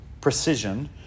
precision